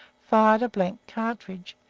fired a blank cartridge,